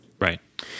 Right